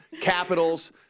Capitals